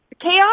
chaos